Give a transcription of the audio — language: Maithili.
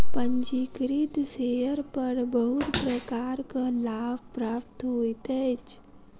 पंजीकृत शेयर पर बहुत प्रकारक लाभ प्राप्त होइत अछि